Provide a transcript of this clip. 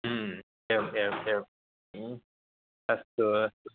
एवम् एवम् एवम् अस्तु अस्तु